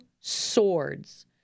swords—